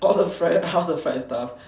all the fried half the fried stuff